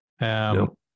No